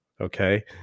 Okay